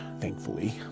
thankfully